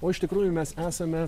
o iš tikrųjų mes esame